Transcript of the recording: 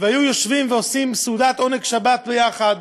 והיו יושבים ועושים סעודת עונג שבת יחד,